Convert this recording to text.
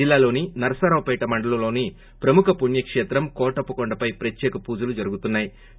జిల్లాలోని నరసరావుపేట మండలంలోని ప్రముఖ పుణ్యకేత్రం కోటప్పకొండపై ప్రత్యేక పూజలు జరుగుతున్నా యి